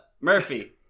Murphy